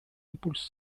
импульс